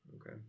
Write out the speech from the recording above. Okay